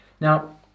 Now